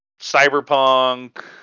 cyberpunk